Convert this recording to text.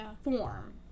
form